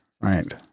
Right